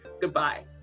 goodbye